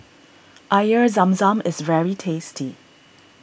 Air Zam Zam is very tasty